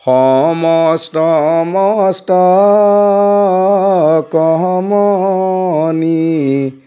সমস্ত মস্তক মণি